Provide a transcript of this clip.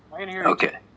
Okay